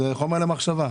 זה חומר למחשבה.